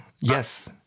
Yes